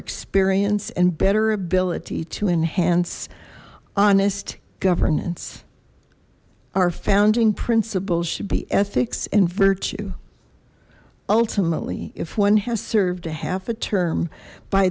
experience and better ability to enhance honest governance our founding principles should be ethics and virtue ultimately if one has served a half a term by